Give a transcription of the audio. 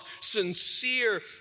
sincere